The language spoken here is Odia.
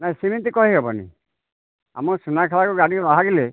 ନାଇଁ ସିମିତି କହିହେବନି ଆମ ସୁନାଖେଳାରୁ ଗାଡ଼ି ବାହାରିଲେ